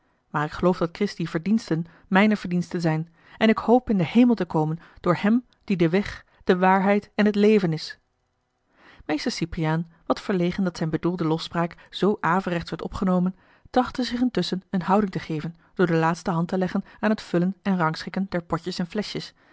maar ik geloof dat christi verdiensten mijne verdiensten zijn en ik hoop in den hemel te komen door hem die de weg de waarheid en het leven is mr cypriaan wat verlegen dat zijn bedoelde lofspraak zoo averechts werd opgenomen trachtte zich intusschen eene houding te geven door de laatste hand te leggen aan het vullen en rangschikken der potjes en fleschjes